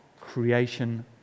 creation